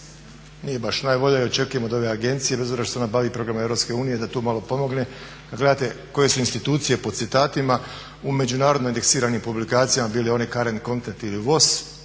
nije baš najbolja i očekujem od ove agencija, bez obzira što se ona bavi programima Europske unije da tu malo pomogne. Kad gledate koje su institucije po citatima u međunarodno indeksiranim publikacijama bili oni …. Na prvom